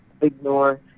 ignore